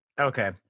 Okay